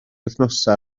wythnosau